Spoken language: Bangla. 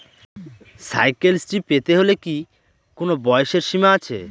সাইকেল শ্রী পেতে হলে কি কোনো বয়সের সীমা আছে?